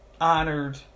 honored